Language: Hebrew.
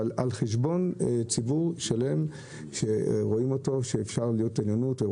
אבל על חשבון ציבור שלם שרואים אותו כנחות,